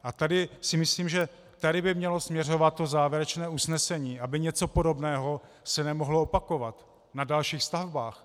A tady si myslím, že by mělo směřovat to závěrečné usnesení, aby se něco podobného nemohlo opakovat na dalších stavbách.